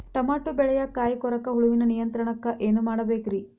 Tomato ಬೆಳೆಯ ಕಾಯಿ ಕೊರಕ ಹುಳುವಿನ ನಿಯಂತ್ರಣಕ್ಕ ಏನ್ ಮಾಡಬೇಕ್ರಿ?